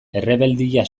errebeldia